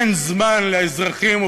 אין זמן לאזרחים,